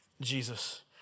Jesus